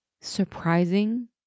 surprising